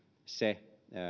se